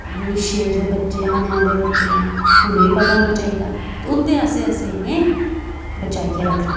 भविष्य जो बच्चे आने आह्ले बच्चे ऐ उ'नें बी पता होना चाहिदा ते उं'दे आस्तै इ'नें गी बचाइयै रक्खना